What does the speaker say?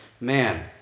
man